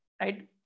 right